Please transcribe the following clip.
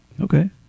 Okay